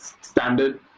standard